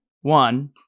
One